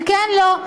אם כן, לא.